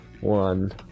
one